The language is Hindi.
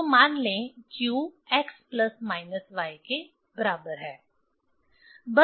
तो मान लें q x plus minus y के बराबर है